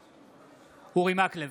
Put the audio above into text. בעד אורי מקלב,